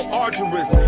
arduous